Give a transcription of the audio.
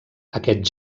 aquest